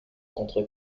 contre